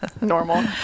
Normal